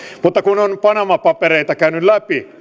mutta kun on panama papereita käynyt läpi